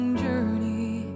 journey